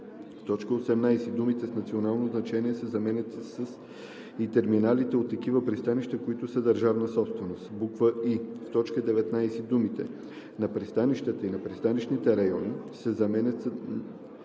в т. 18 думите „с национално значение“ се заменят с „и терминалите от такива пристанища, които са държавна собственост“; и) в т. 19 думите „на пристанищата и на пристанищните райони“ се заменят „на